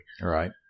Right